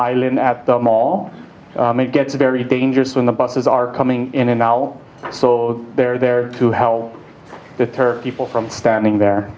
island at the mall gets very dangerous when the buses are coming in and now so they're there to how the people from standing there